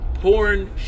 porn